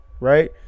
right